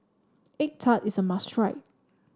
egg tart is a must try